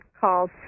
calls